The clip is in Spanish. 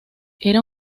era